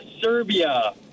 Serbia